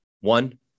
one